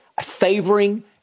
favoring